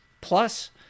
plus